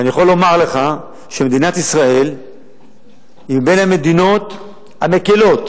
ואני יכול לומר לך שמדינת ישראל היא בין המדינות המקילות